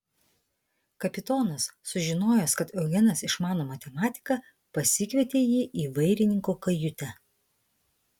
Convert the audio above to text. kapitonas sužinojęs kad eugenas išmano matematiką pasikvietė jį į vairininko kajutę